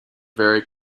very